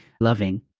loving